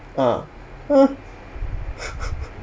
ah !huh!